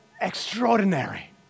extraordinary